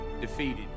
defeated